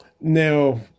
Now